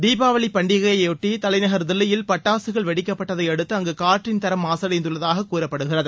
தீபாவளி பண்டிகையையொட்டி தலைநகர் தில்லியில் பட்டாசுகள் வெடிக்கப்பட்டதையடுத்து அங்கு காற்றின் தரம் மாசடைந்துள்ளதாக கூறப்படுகிறது